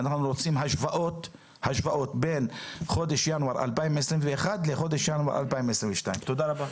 ואנחנו רוצים השוואות בין חודש ינואר 2021 לחודש ינואר 2022. תודה רבה.